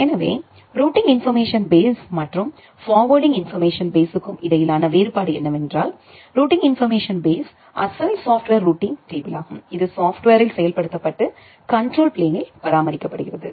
எனவே routing information base மற்றும் forwarding information பேஸ்க்கும் இடையிலான வேறுபாடு என்னவென்றால் ரூட்டிங் இன்போர்மேஷன் பேஸ் அசல் சாப்ட்வேர் ரூட்டிங் டேபிள் ஆகும் இது சாப்ட்வேர்ரில் செயல்படுத்தப்பட்டு கண்ட்ரோல் பிளேனில் பராமரிக்கப்படுகிறது